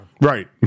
Right